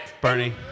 Bernie